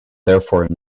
therefore